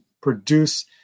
produce